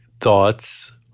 thoughts